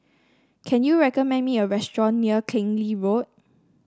can you recommend me a restaurant near Keng Lee Road